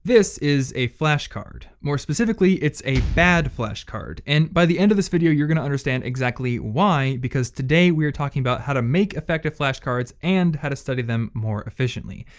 this is a flashcard. more specifically, it's a bad flashcard. and by the end of this video, you're gonna understand exactly why because today, we're talking about how to make effective flashcards and how to study them more efficiently.